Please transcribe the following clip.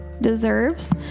deserves